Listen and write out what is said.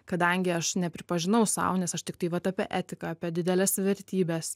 kadangi aš nepripažinau sau nes aš tiktai vat apie etiką apie dideles vertybes